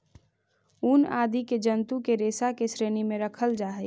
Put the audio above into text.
ऊन आदि के जन्तु के रेशा के श्रेणी में रखल जा हई